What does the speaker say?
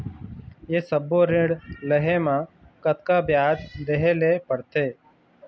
ये सब्बो ऋण लहे मा कतका ब्याज देहें ले पड़ते?